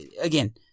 Again